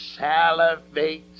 salivates